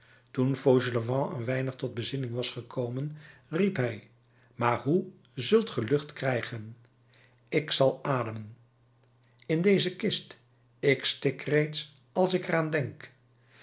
toen fauchelevent een weinig tot bezinning was gekomen riep hij maar hoe zult ge lucht krijgen ik zal ademen in deze kist ik stik reeds als ik er aan denk